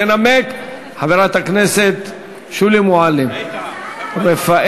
תנמק חברת הכנסת שולי מועלם-רפאלי.